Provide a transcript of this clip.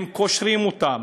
הם קושרים אותם,